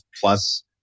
plus